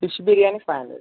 fish biryani five hundred